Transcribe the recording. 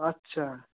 আচ্ছা